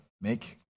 make